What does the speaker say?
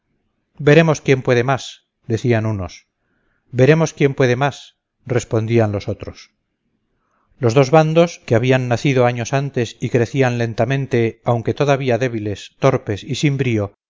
veremos quién puede más decían unos veremos quién más puede respondían los otros los dos bandos que habían nacido años antes y crecían lentamente aunque todavía débiles torpes y sin brío